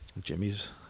Jimmy's